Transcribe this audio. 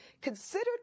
considered